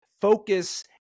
focus